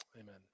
Amen